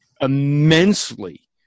immensely